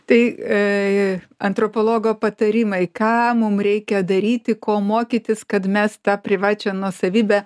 tai antropologo patarimai ką mum reikia daryti ko mokytis kad mes tą privačią nuosavybę